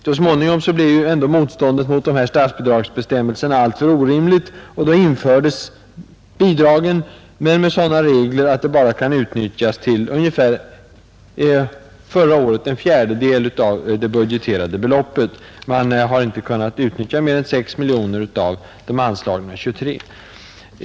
Så småningom blev ändå motståndet mot de här statsbidragsbestämmelserna alltför orimligt, och då infördes bidragen, men med sådana regler att de bara kunde utnyttjas till ungefär en fjärdedel av det budgeterade beloppet förra året. Man har inte kunnat använda mer än 6 miljoner av de anslagna 23.